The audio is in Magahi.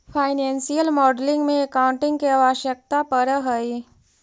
फाइनेंशियल मॉडलिंग में एकाउंटिंग के आवश्यकता पड़ऽ हई